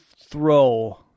throw